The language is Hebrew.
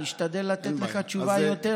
אני אשתדל לתת לך תשובה יותר,